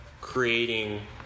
creating